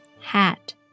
hat